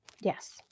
yes